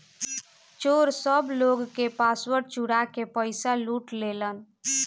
चोर सब लोग के पासवर्ड चुरा के पईसा लूट लेलेन